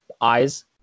eyes